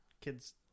Kids